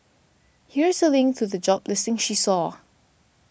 here's a link to the job listing she saw